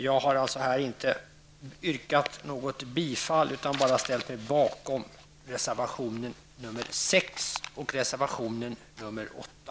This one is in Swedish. Jag har alltså inte framfört något yrkande om bifall, utan jag nöjer mig med att säga att jag ansluter mig till reservationerna 6 och 8.